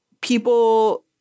people –